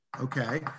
okay